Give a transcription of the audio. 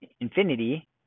infinity